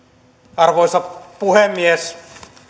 arvoisa puhemies